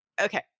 okay